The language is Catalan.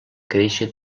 créixer